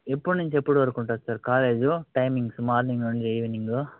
ఎప్పటి నుంచి ఎప్పటి వరకు ఉంటుంది sir college timings morning evening